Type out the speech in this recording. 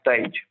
stage